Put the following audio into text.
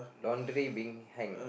laundry being hang